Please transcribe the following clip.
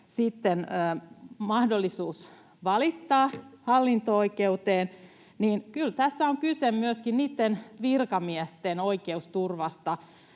mahdollisuus valittaa hallinto-oikeuteen, niin kyllä tässä on kyse myöskin niitten virkamiesten oikeusturvasta,